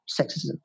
sexism